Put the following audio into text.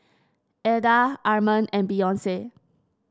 Eda Arman and Beyonce